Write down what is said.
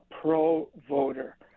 pro-voter